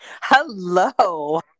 Hello